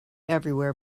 everywhere